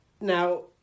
Now